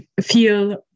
feel